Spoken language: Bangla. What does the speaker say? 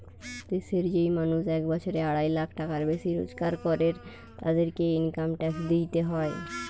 দেশের যেই মানুষ এক বছরে আড়াই লাখ টাকার বেশি রোজগার করের, তাদেরকে ইনকাম ট্যাক্স দিইতে হয়